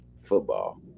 football